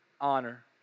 honor